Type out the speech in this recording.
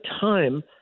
time